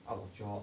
out of job